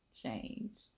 changed